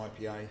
IPA